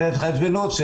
וההתחשבנות,